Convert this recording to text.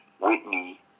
Whitney